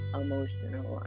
emotional